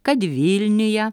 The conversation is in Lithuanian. kad vilniuje